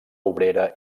obrera